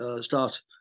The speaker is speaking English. start